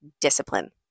discipline